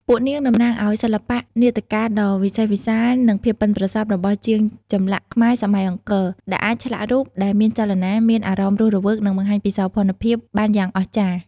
ពួកនាងតំណាងឲ្យ សិល្បៈនាដកាដ៏វិសេសវិសាល និងភាពប៉ិនប្រសប់របស់ជាងចម្លាក់ខ្មែរសម័យអង្គរ ដែលអាចឆ្លាក់រូបដែលមានចលនា មានអារម្មណ៍រស់រវើក និងបង្ហាញពីសោភ័ណភាពបានយ៉ាងអស្ចារ្យ។